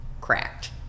cracked